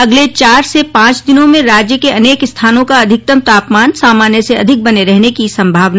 अगले चार से पांच दिनों में राज्य के अनेक स्थानों का अधिकतम तापमान सामान्य से अधिक बने रहने की संभावना